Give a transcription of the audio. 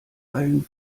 allen